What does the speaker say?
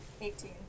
Eighteen